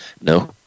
No